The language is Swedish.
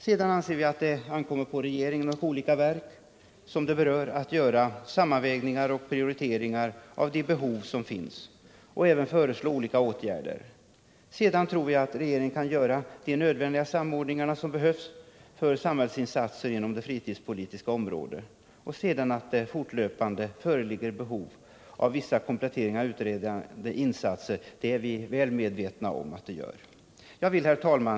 Vi anser att det ankommer på regeringen och berörda verk att göra sammanvägningar och prioriteringar av de behov som finns samt föreslå olika åtgärder. Jag tror att regeringen kan vidta de nödvändiga samordningarna av samhällets insatser inom det fritidspolitiska området. Att det sedan fortlöpande föreligger behov av vissa kompletterande utredningsinsatser är vi väl medvetna om. Herr talman!